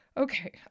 okay